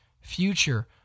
future